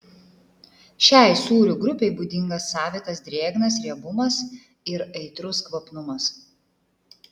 šiai sūrių grupei būdingas savitas drėgnas riebumas ir aitrus kvapnumas